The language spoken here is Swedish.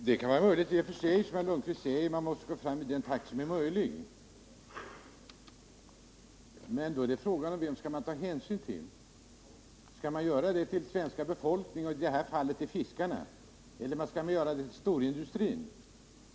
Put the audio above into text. Herr talman! Det kan i och för sig vara så som herr Lundkvist säger, att man måste gå fram i en takt som är möjlig. Men då är frågan: Vem skall man ta hänsyn till? Skall man ta hänsyn till svenska folket, i detta fall fiskarna, eller skall man ta hänsyn till storindustrin?